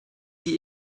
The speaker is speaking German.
sie